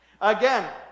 Again